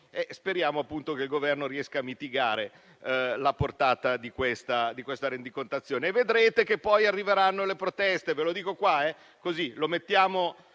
Speriamo che il Governo riesca a mitigare la portata di questa rendicontazione e vedrete che poi arriveranno le proteste.